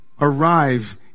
arrive